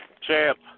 champ